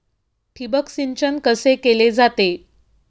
ठिबक सिंचन कसे केले जाते?